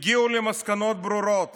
והגיעו למסקנות ברורות